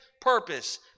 purpose